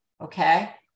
Okay